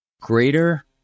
greater